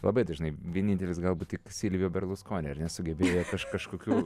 labai dažnai vienintelis galbūt tik silvijo berluskoni ar ne sugebėjo kažkokiu